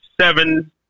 seven